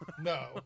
No